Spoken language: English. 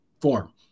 form